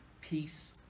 peace